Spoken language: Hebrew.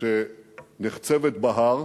שנחצבת בהר,